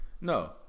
No